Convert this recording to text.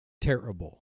terrible